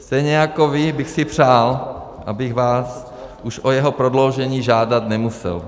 Stejně jako vy bych si přál, abych vás už o jeho prodloužení žádat nemusel.